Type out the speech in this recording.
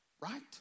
Right